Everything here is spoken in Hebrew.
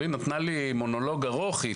היא נתנה לי מונולוג ארוך כי היא